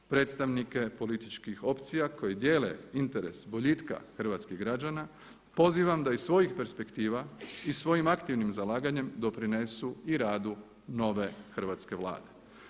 Predstavnike političkih opcija koji dijele interes boljitka hrvatskih građana pozivam da iz svojih perspektiva i svojim aktivnim zalaganjem doprinesu i radu nove Hrvatske vlade.